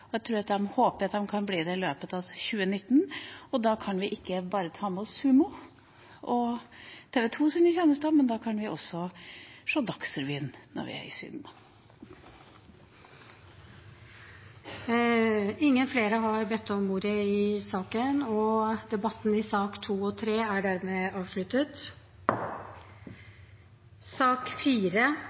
Jeg tror de håper å kunne bli det i løpet av 2019. Da kan vi ikke bare ta med oss Sumo og TV 2 sine tjenester, men også se Dagsrevyen når vi er i Syden. Flere har ikke bedt om ordet til sakene nr. 2 og 3. Etter ønske fra familie- og